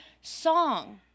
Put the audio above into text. song